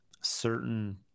certain